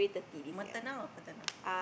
maternal or paternal